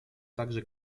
также